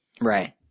Right